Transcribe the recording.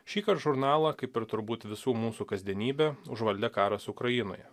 šįkart žurnalą kaip ir turbūt visų mūsų kasdienybę užvaldė karas ukrainoje